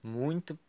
muito